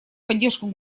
поддержку